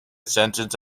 sentence